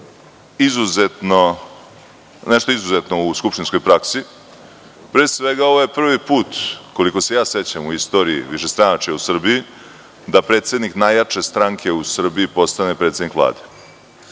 zaista nešto izuzetno u skupštinskoj praksi. Pre svega, ovo je prvi put, koliko se sećam, u istoriji višestranačja u Srbiji, da predsednik najjače stranke u Srbiji postane predsednik Vlade.